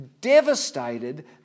devastated